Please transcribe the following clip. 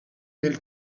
nel